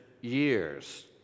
years